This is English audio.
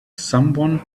someone